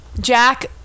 Jack